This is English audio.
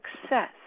success